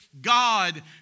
God